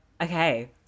okay